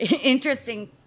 interesting